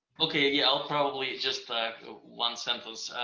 okay, yeah, i'll probably, just one sentence,